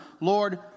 Lord